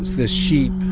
the sheep